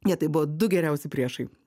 jie tai buvo du geriausi priešai